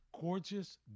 gorgeous